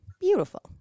Beautiful